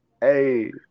Hey